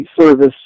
service